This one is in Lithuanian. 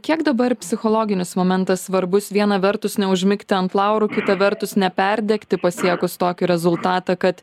kiek dabar psichologinis momentas svarbus viena vertus neužmigti ant laurų kita vertus neperdegti pasiekus tokį rezultatą kad